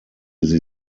sie